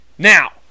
Now